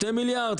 2 מיליארד שקל?